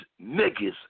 niggas